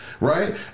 right